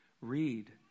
Read